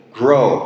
grow